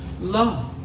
love